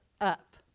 up